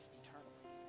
eternally